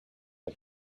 but